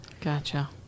Gotcha